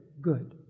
good